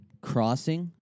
crossing